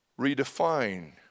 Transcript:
redefine